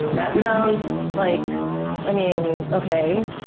that sounds like i mean, okay.